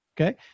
Okay